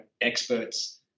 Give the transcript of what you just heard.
experts